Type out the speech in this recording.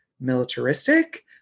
militaristic